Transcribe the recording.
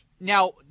now